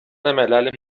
ملل